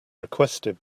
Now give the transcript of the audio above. requested